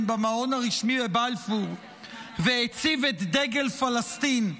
במעון הרשמי בבלפור והציב את דגל פלסטין,